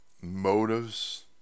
motives